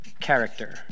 character